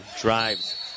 drives